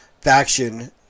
faction